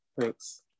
thanks